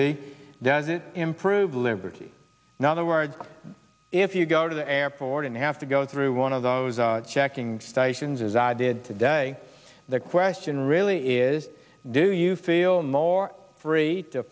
be does it improve liberty in other words if you go to the airport and have to go through one of those checking stations as i did today the question really is do you feel more free to